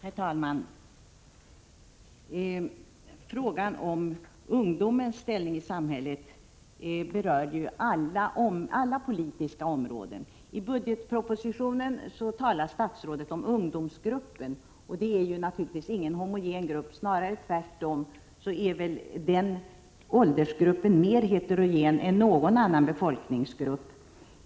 Herr talman! Frågan om ungdomens ställning i samhället berör ju alla politiska områden. I budgetpropositionen talar statsrådet om ungdomsgrup pen. Det är naturligtvis inte en homogen grupp, tvärtom är den åldersgruppen snarare mer heterogen än någon annan befolkningsgrupp.